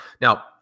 Now